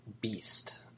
beast